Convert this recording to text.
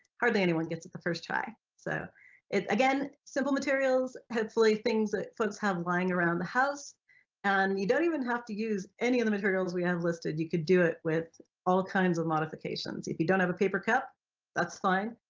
hardly anyone gets it the first try. so again simple materials, hopefully things that folks have lying around the house and you don't even have to use any of the materials we have listed, you could do it with all kinds of modifications. if you don't have a paper cup that's fine,